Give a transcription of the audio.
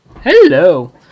hello